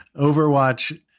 Overwatch